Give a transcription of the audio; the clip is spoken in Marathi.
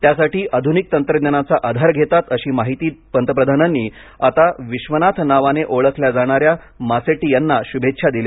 त्यासाठी आध्निक तंत्रज्ञानाचा आधार घेतात अशी माहिती देत पंतप्रधानांनी आता विश्वनाथ नावाने ओळखल्या जाणाऱ्या मासेट्टी यांना शुभेच्छा दिल्या